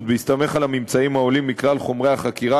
בהסתמך על הממצאים העולים מכלל חומרי החקירה,